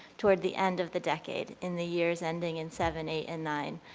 toward the end of the decade in the years ending in seven, eight and nine.